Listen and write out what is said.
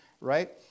right